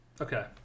Okay